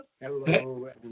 Hello